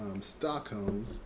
Stockholm